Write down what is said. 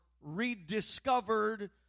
rediscovered